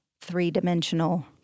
three-dimensional